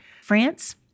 France